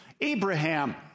Abraham